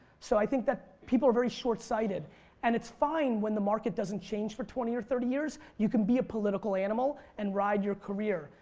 so i think that people are very shortsighted and it's fine when the market doesn't change for twenty or thirty years you can be a political animal and ride your career.